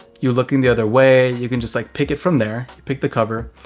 you're looking the other way. you can just like pick it from there, pick the cover.